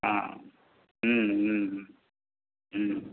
हँ हूँ हूँ हूँ